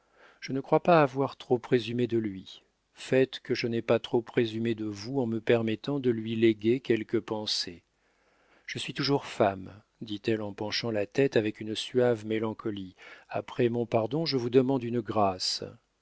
je ne crois pas avoir trop présumé de lui faites que je n'aie pas trop présumé de vous en me permettant de lui léguer quelques pensées je suis toujours femme dit-elle en penchant la tête avec une suave mélancolie après mon pardon je vous demande une grâce